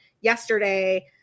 yesterday